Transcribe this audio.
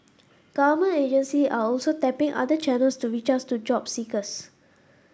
government agency are also tapping other channels to reach out to job seekers